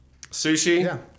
Sushi